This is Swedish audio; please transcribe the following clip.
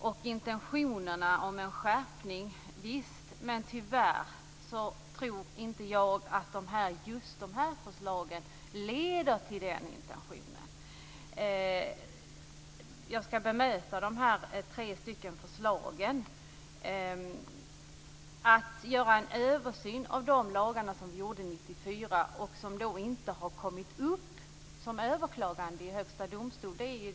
Visst är intentionen en skärpning, men tyvärr tror inte jag att just de här förslagen leder till det. Jag skall bemöta de tre förslagen. Det föreslås att man skall göra en översyn av de lagar som infördes 1994 och som inte har prövats vid överklagande i Högsta domstolen.